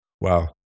wow